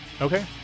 Okay